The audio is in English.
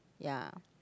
ya